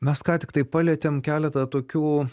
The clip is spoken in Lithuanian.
mes ką tiktai palietėm keletą tokių